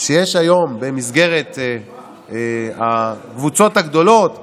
שיש היום במסגרת הקבוצות הגדולות בכדורגל,